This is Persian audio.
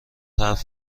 حرف